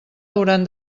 hauran